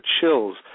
chills